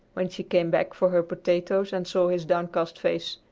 when she came back for her potatoes and saw his downcast face.